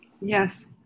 Yes